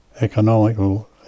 economical